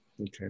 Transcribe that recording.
okay